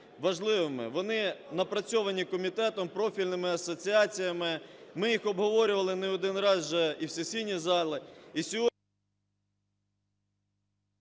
Вони напрацьовані комітетом, профільними асоціаціями, ми їх обговорювали не один раз вже і в сесійній залі.